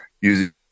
using